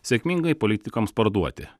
sėkmingai politikams parduoti